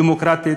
דמוקרטית,